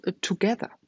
together